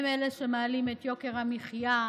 הם אלה שמעלים את יוקר המחיה,